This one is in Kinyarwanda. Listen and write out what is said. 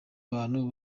abantu